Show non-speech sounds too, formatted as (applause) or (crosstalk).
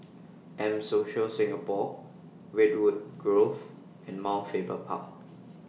(noise) M Social Singapore Redwood Grove and Mount Faber Park